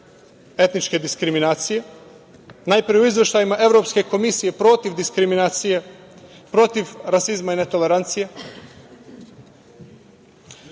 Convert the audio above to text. etničke diskriminacije, najpre u izveštajima Evropske komisije protiv diskriminacije, protiv rasizma i netolerancije.